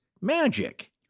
magic